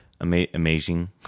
amazing